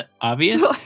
obvious